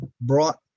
brought